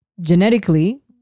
genetically